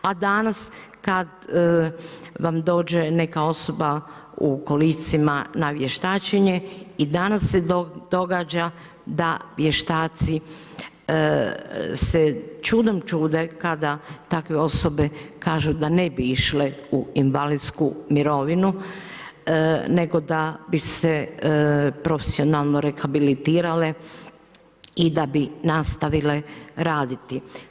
A danas kad vam dođe neka osoba u kolicima na vještačenje i danas se događa da vještaci se čudom čude kada takve osobe kažu da ne bi išle u invalidsku mirovinu, nego da bi se profesionalno rehabilitirale i da bi nastavile raditi.